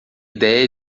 ideia